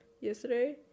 yesterday